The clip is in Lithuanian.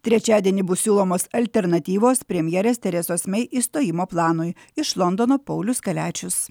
trečiadienį bus siūlomos alternatyvos premjerės teresos mei išstojimo planui iš londono paulius kaliačius